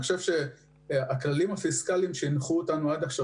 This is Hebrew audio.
אני חושב שהכללים הפיסקלים שהנחו אותנו עד עכשיו